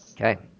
Okay